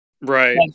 right